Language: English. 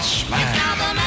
smash